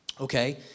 okay